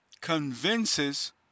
convinces